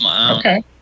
Okay